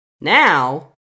now